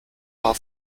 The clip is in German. war